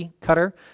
cutter